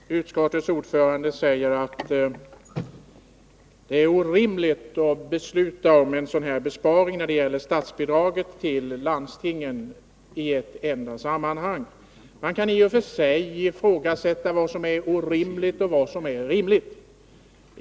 Herr talman! Socialutskottets ordförande säger att det är orimligt att besluta om en sådan här besparing när det gäller statsbidraget till landstingen iett enda sammanhang. Man kan i och för sig ifrågasätta vad som är orimligt resp. rimligt.